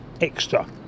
extra